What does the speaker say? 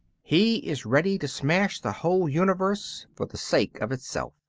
he is ready to smash the whole universe for the sake of itself.